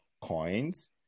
coins